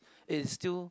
it still